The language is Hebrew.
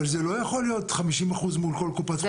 אבל זה לא יכול להיות 50% מול כל קופת חולים.